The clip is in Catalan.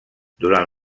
durant